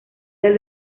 del